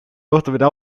kohtumine